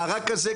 מארג כזה,